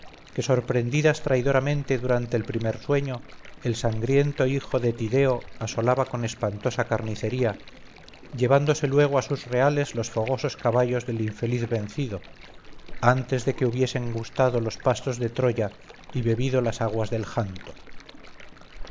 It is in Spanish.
que sorprendidas traidoramente durante el primer sueño el sangriento hijo de tideo asolaba con espantosa carnicería llevándose luego a sus reales los fogosos caballos del infeliz vencido antes de que hubiesen gustado los pastos de troya y bebido las aguas del janto